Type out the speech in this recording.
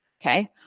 Okay